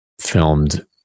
filmed